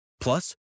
Plus